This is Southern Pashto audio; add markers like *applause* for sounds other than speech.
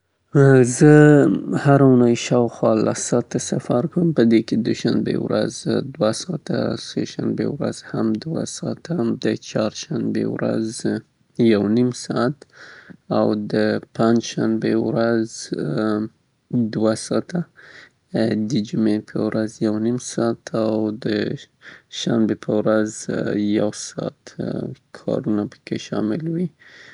زه په اونۍ کې شاوخوا لس ساته سفر کوم. دا د دوشنبې په ورځ شاوخوا دوه ساته، د سه شنبې په ورځ *hesitation* دوه ساته او چارشنې په ورځ یو نیم سات. د پنجشنبه په ورځ دوه ساته او د جمې په ورځ دوه نیم ساته. معمولاً، ، *hesitation* تګ راتګ کوم، او دا وخت زه د ورځني کارونو او یا د کار لپاره په سفر تیروم.